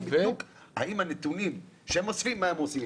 בדיוק מה הם עושים עם הנתונים שהם אוספים.